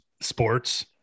sports